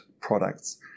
products